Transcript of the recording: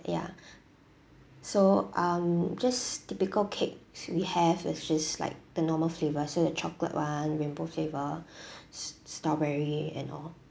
ya so um just typical cake that we have it just like the normal flavour so the chocolate one rainbow flavour st~ strawberry and all